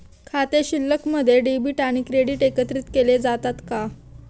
खाते शिल्लकमध्ये डेबिट आणि क्रेडिट एकत्रित केले जातात का?